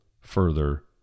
further